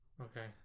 Okay